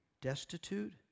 destitute